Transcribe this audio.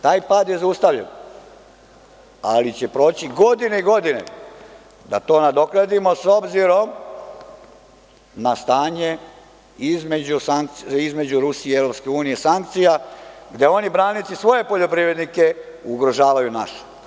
Taj pad je zaustavljen, ali će proći godine i godine da to nadoknadimo, s obzirom na stanje između Rusije i EU, sankcija, gde oni, braneći svoje poljoprivrednike ugrožavaju naše.